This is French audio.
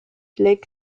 lake